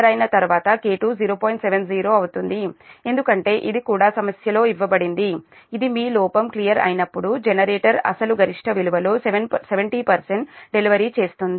70 అవుతుంది ఎందుకంటే ఇది కూడా సమస్యలో ఇవ్వబడింది ఇది మీ లోపం క్లియర్ అయినప్పుడు జనరేటర్ అసలు గరిష్ట విలువలో 70 డెలివరీ చేస్తుంది